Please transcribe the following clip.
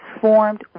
formed